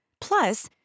Plus